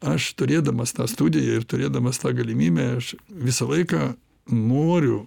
aš turėdamas tą studiją ir turėdamas tą galimybę aš visą laiką noriu